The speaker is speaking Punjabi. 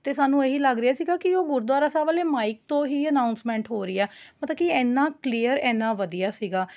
ਅਤੇ ਸਾਨੂੰ ਇਹੀ ਲੱਗ ਰਿਹਾ ਸੀਗਾ ਕਿ ਉਹ ਗੁਰਦੁਆਰਾ ਸਾਹਿਬ ਵਾਲੇ ਮਾਈਕ ਤੋਂ ਹੀ ਅਨਾਊਂਸਮੈਂਟ ਹੋ ਰਹੀ ਆ ਮਤਲਬ ਕਿ ਇੰਨਾਂ ਕਲੀਅਰ ਇੰਨਾਂ ਵਧੀਆ ਸੀਗਾ